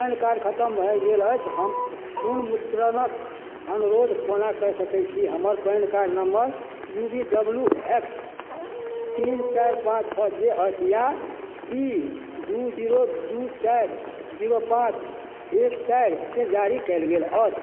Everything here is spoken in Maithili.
पैन कार्ड खत्म भऽ गेल अछि हम पुनर्मुद्रणक अनुरोध कोना कऽ सकै छी हमर pan card number U V W X तीन चारि पाँच छओ जे अछि या ई दू जीरो दू चारि जीरो पाँच एक चारिके जारी कयल गेल अछि